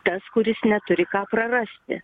tas kuris neturi ką prarasti